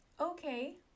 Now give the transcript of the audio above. okay